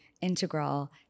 integral